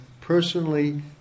personally